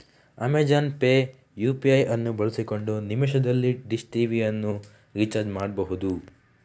Amazon Pay UPI ಅನ್ನು ಬಳಸಿಕೊಂಡು ನಿಮಿಷದಲ್ಲಿ ಡಿಶ್ ಟಿವಿ ರಿಚಾರ್ಜ್ ಮಾಡ್ಬಹುದು